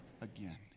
again